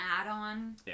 add-on